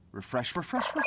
refresh. refresh.